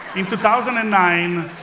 in two thousand and nine,